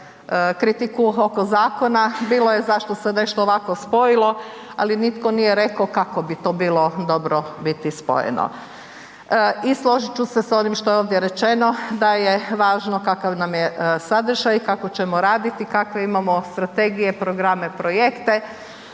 kritiku oko zakona, bilo je zašto se nešto ovako spojilo ali nitko nije rekao kako bi to bilo dobro biti spojeno. I složit ću se s onim što je ovdje rečeno, da je važno kakav nam je sadržaj i kako ćemo raditi i kakve imamo strategije, programe, projekte,